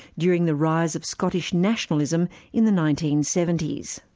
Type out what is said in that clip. during the rise of scottish nationalism in the nineteen seventy s.